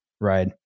right